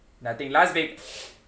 nothing las ve~